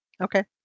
Okay